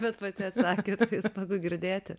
bet pati atsakėt tai smagu girdėti